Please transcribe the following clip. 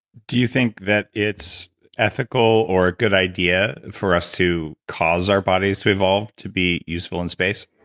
do you think that it's ethical or a good idea for us to cause our bodies to evolve to be useful in space?